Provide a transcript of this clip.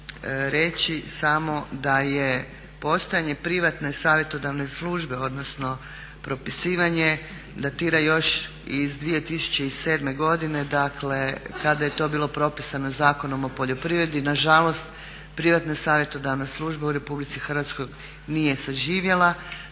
reći samo da je postojanje privatne savjetodavne službe odnosno propisivanje datira još iz 2007.godine kada je to bilo propisano Zakonom o poljoprivredi, nažalost privatna savjetodavna služba u RH nije saživjela.